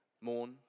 mourn